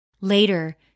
Later